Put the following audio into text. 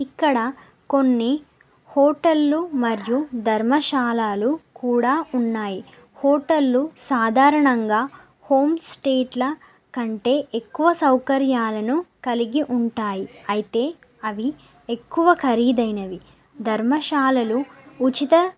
ఇక్కడ కొన్ని హోటళ్ళు మరియు ధర్మశాలలు కూడా ఉన్నాయి హోటళ్ళు సాధారణంగా హోమ్ స్టేలకంటే ఎక్కువ సౌకర్యాలను కలిగి ఉంటాయి అయితే అవి ఎక్కువ ఖరీదైనవి ధర్మశాలలు ఉచిత